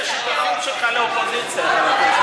איפה האופוזיציה?